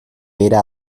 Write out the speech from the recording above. era